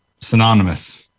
synonymous